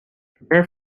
prepare